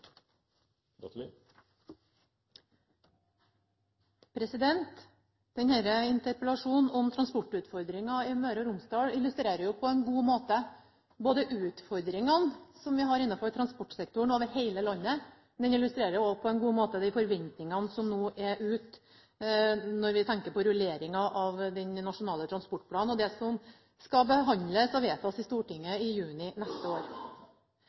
interpellasjonen om transportutfordringer i Møre og Romsdal illustrerer på en god måte både utfordringene vi har innafor transportsektoren over hele landet, og de forventningene som nå er ute når vi tenker på rulleringa av den nasjonale transportplanen og det som skal behandles og vedtas i Stortinget i juni neste år.